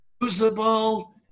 usable